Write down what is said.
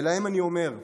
ולהם אני אומר: